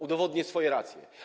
Udowodnię swoje racje.